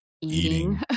eating